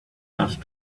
dust